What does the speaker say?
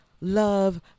love